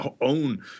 own